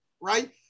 right